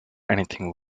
anything